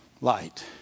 Light